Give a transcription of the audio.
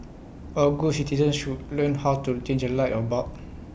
all good citizens should learn how to change A light A bulb